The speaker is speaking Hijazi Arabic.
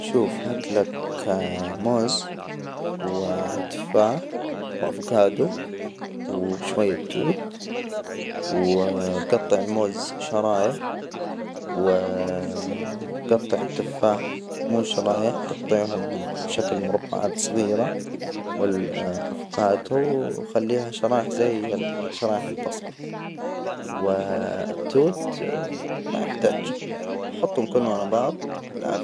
شوف هات لك موز وتفاح وأفوكادو، وشوية توت و جطع الموزشرايح و جطع التفاح مو شرايح، جطعهم بشكل مربعات صغيرة، والأفوكادو وخليها شرائح زي ال شرائح البصل و التوت ما يحتاج، وحطهم كلهم على بعض، وبالعافية.